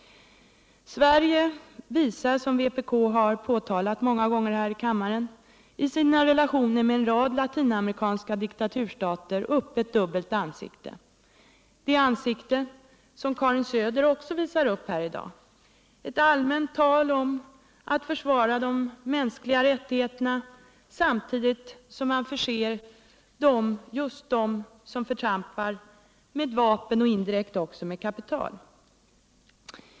Sverige visar, som vpk har påtalat många gånger här i kammaren, i sina relationer med en rad latinamerikanska diktaturstater upp ett dubbelt ansikte — det ansikte som Karin Söder också visar upp här: dag: ett allmänt tal om att försvara de mänskliga rättigheterna samtidigt som man förser just dem som förtrampar med vapen och indirekt också kapital.